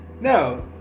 No